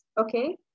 okay